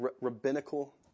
rabbinical